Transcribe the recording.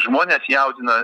žmones jaudina